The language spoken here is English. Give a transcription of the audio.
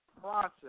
process